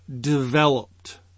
developed